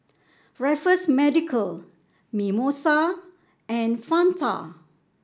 Raffles Medical Mimosa and Fanta